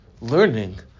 learning